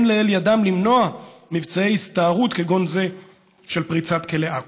אין לאל ידם למנוע מבצעי הסתערות כגון זה של פריצת כלא עכו.